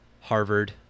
Harvard